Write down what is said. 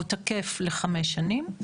והוא תקף לחמש שנים.